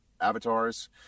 avatars